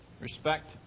respect